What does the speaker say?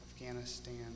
Afghanistan